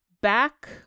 back